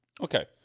Okay